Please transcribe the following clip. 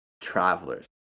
travelers